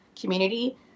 community